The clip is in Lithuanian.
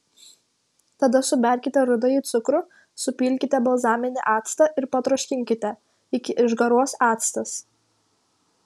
tada suberkite rudąjį cukrų supilkite balzaminį actą ir patroškinkite iki išgaruos actas